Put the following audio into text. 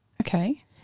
Okay